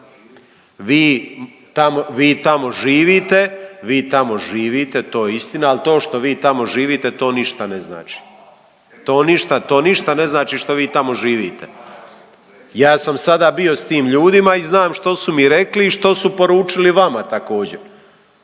Vi tamo živite, vi tamo živite to je istina. Ali to što vi tamo živite to ništa ne znači. To ništa ne znači što vi tamo živite. Ja sam sada bio sa tim ljudima i znam što su mi rekli i što su poručili vama također.